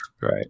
right